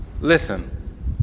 Listen